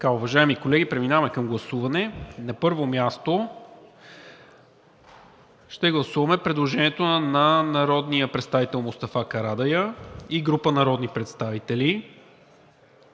Уважаеми колеги, преминаваме към гласуване. На първо място ще гласуваме предложението на народния представител Мустафа Карадайъ и група народни представители